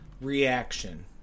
reaction